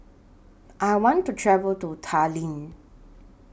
I want to travel to Tallinn